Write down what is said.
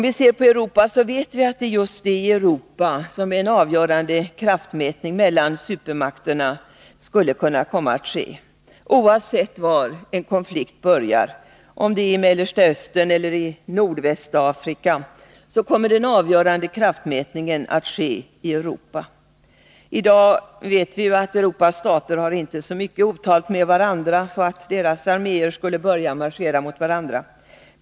Vi vet att det är just i Europa som en avgörande kraftmätning mellan supermakterna skulle komma att ske, oavsett var en konflikt börjar — i Mellersta Östern eller i Nordvästafrika. I dag har ju Europas stater inte så mycket otalt sinsemellan att deras arméer skulle börja marschera mot varandra.